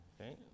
Okay